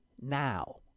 now